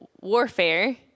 warfare